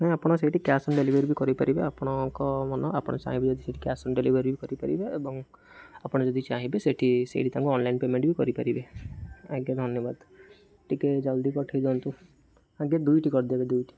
ନାହିଁ ଆପଣ ସେଇଠି କ୍ୟାସ୍ ଅନ୍ ଡେଲିଭରି ବି କରିପାରେ ଆପଣଙ୍କ ମନ ଆପଣ ଚାହିଁବେ ଯଦି ସେଠି କ୍ୟାସ୍ ଡେଲିଭରି ବି କରିପାରିବେ ଏବଂ ଆପଣ ଯଦି ଚାହିଁବେ ସେଠି ସେଇଠି ତାଙ୍କୁ ଅନଲାଇନ୍ ପେମେଣ୍ଟ ବି କରିପାରିବେ ଆଜ୍ଞା ଧନ୍ୟବାଦ ଟିକେ ଜଲ୍ଦି ପଠାଇ ଦିଅନ୍ତୁ ଆଜ୍ଞା ଦୁଇଟି କରିଦେବେ ଦୁଇଟି